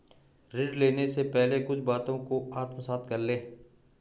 ऋण लेने से पहले कुछ बातों को आत्मसात कर लें